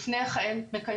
לפני כן מקיימים.